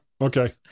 Okay